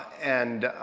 and